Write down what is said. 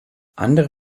andere